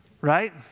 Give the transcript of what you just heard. right